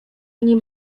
nim